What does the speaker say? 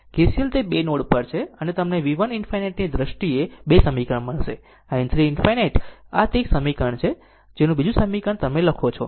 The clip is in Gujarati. KCL તે 2 નોડ પર છે અને તમને V 1 ∞ ની દ્રષ્ટિએ 2 સમીકરણ મળશે અને i 3 ∞ આ તે એક સમીકરણ છે જેનું બીજું સમીકરણ તમે લખો છો